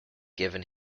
given